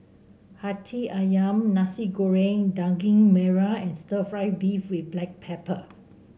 hati ayam Nasi Goreng Daging Merah and stir fry beef with Black Pepper